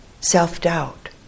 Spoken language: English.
self-doubt